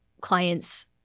clients